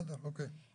בסדר, אוקיי.